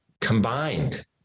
combined